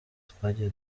twagiye